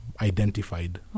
identified